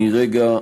מרגע,